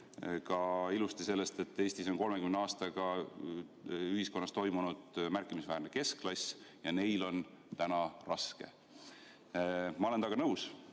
ilusti ka sellest, et Eestis on 30 aastaga ühiskonnas tekkinud märkimisväärne keskklass ja neil on täna raske. Ma olen temaga nõus,